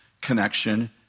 connection